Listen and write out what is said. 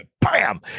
Bam